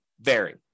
vary